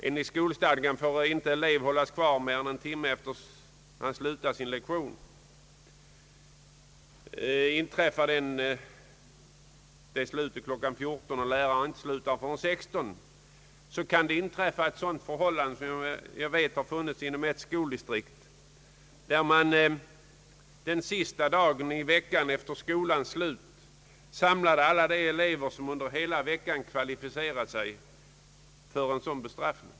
Enligt skolstadgan får en elev inte hållas kvar mer än en timme efter det han slutat sin sista lektion för dagen. Slutar elevens skoldag klockan 14 och läraren inte slutar förrän klockan 16, kan det inträffa — jag vet att det förekommit i ett skoldistrikt — att man efter skolans slut den sista dagen i veckan samlar in de elever som under hela veckan »kvalificerat sig» för en sådan bestraffning.